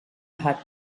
had